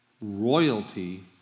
royalty